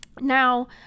Now